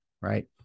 right